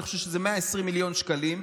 אני חושב שזה 120 מיליון שקלים,